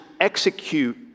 execute